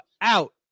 out